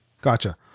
Gotcha